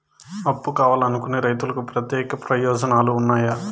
అప్పు కావాలనుకునే రైతులకు ప్రత్యేక ప్రయోజనాలు ఉన్నాయా?